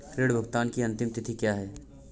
ऋण भुगतान की अंतिम तिथि क्या है?